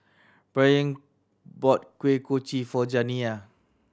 Bryon bought Kuih Kochi for Janiya